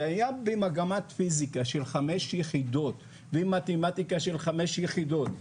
והיה במגמת פיזיקה של חמש יחידות ומתמטיקה של חמש יחידות.